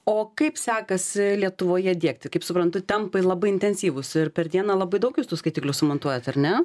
o kaip sekasi lietuvoje diegti kaip suprantu tempai labai intensyvūs ir per dieną labai daug jūs tų skaitiklių sumontuojati ar ne